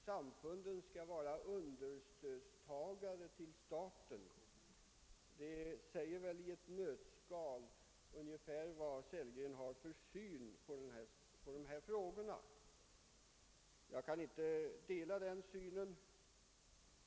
Samfunden skall vara understödstagare i förhållande till staten — det ger väl i ett nötskal herr Sellgrens syn på dessa frågor. För min del kan jag inte dela den åsikten.